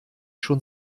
schon